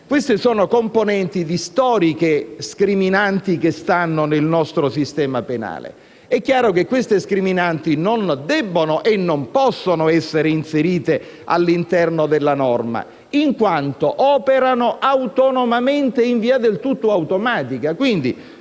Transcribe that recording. queste sono componenti di storiche scriminanti che stanno nel nostro sistema penale. È chiaro che queste scriminanti non debbono e non possono essere inserite all'interno della norma, in quanto operano autonomamente in via del tutto automatica.